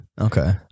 okay